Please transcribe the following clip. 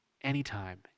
anytime